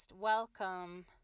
Welcome